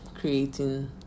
Creating